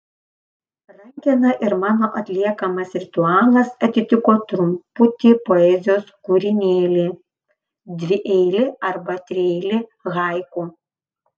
rankena ir mano atliekamas ritualas atitiko trumputį poezijos kūrinėlį dvieilį arba trieilį haiku